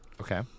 okay